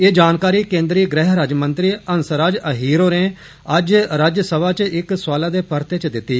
ए जानकारी केन्द्री गृह राज्यमंत्री हंसराज अहीर होरें अज्ज राज्यसभा च इक सुआलै दे परते च दिती